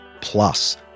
plus